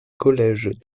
collège